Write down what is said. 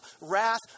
wrath